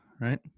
right